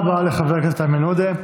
תודה רבה לחבר הכנסת איימן עודה.